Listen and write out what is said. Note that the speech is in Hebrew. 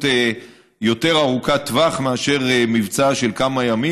יותר ארוכת טווח מאשר מבצע של כמה ימים,